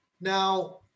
Now